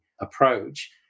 approach